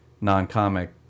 non-comic